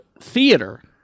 theater